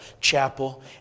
chapel